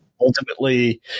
ultimately